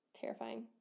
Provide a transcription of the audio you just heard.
Terrifying